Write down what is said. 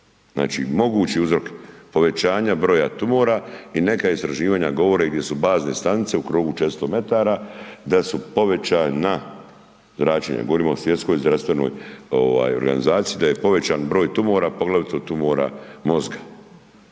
Znači, moguće uzrok povećanja broja tumora i neka istraživanja govore gdje su bazne stanice u krugu 400 metara da su povećana zračenja, govorim o Svjetskoj zdravstvenoj organizaciji. Da je povećan broj tumora, poglavito tumora mozga.